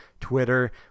Twitter